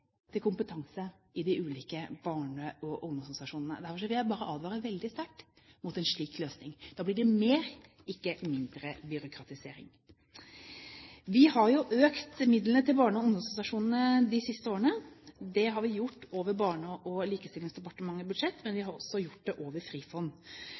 til kompetanse i de ulike barne- og ungdomsorganisasjonene. Derfor vil jeg bare advare veldig sterkt mot en slik løsning. Da blir det mer, ikke mindre byråkratisering. Vi har jo økt midlene til barne- og ungdomsorganisasjonene de siste årene. Det har vi gjort over Barne- og likestillingsdepartementets budsjett, men vi